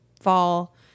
fall